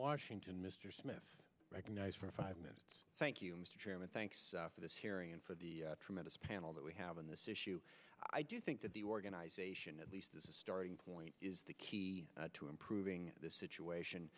washington mr smith recognized for five minutes thank you mr chairman thanks for this hearing and for the tremendous panel that we have on this issue i do think that the organization at least the starting point is the key to improving this situation